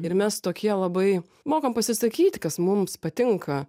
ir mes tokie labai mokam pasisakyti kas mums patinka